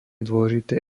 dôležité